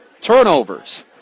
Turnovers